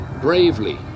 bravely